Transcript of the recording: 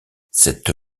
cette